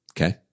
Okay